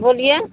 بولیے